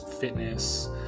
fitness